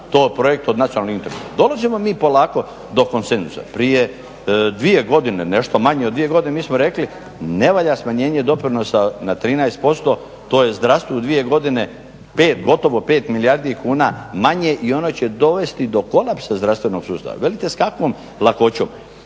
to projekt od nacionalnog interesa. Dolazimo mi polako do konsenzusa. Prije dvije godine, nešto manje od dvije godine mi smo rekli ne valja smanjenje doprinosa na 13% to je zdravstvu dvije godine pet, gotovo pet milijardi kuna manje i ono će dovesti do kolapsa zdravstvenog sustava. Velite s kakvom lakoćom?